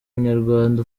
umunyarwanda